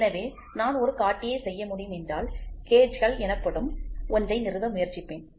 எனவே நான் ஒரு காட்டியை செய்ய முடியும் என்றால் கேஜ்கள் எனப்படும் ஒன்றை நிறுவ முயற்சிப்பேன்